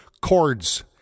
chords